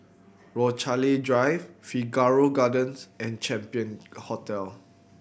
Rochalie Drive Figaro Gardens and Champion Hotel